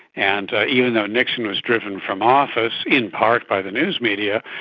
and even though nixon was driven from office in part by the news media,